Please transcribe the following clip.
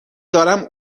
دارم